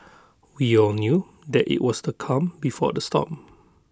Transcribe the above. we all knew that IT was the calm before the storm